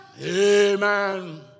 Amen